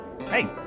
Hey